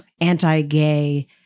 anti-gay